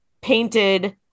painted